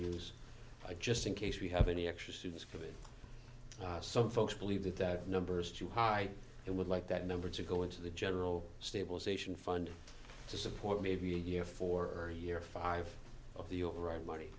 use just in case we have any extra students for that some folks believe that that number is too high and would like that number to go into the general stabilization fund to support maybe a year for a year five of the your own money